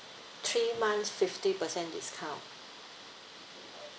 three months fifty percent discount